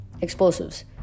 Explosives